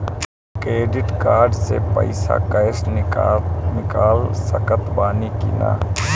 Credit card से पईसा cash निकाल सकत बानी की ना?